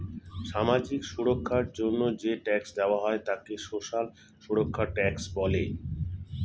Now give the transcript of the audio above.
সামাজিক সুরক্ষার জন্য যে ট্যাক্স দেওয়া হয় তাকে সোশ্যাল সুরক্ষা ট্যাক্স বলে